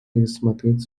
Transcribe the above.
пересмотреть